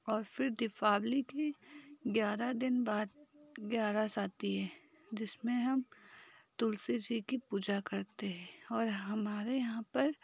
और फिर दीपावली की ग्यारह दिन बाद ग्यारह साथी है जिसमें हम तुलसी जी की पूजा करते हैं और हमारे यहाँ पर